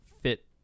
fit